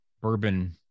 bourbon